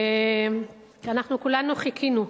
אנחנו כולנו חיכינו,